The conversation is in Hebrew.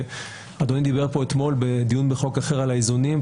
אדוני דיבר אתמול בדיון בחוק אחר על האיזונים,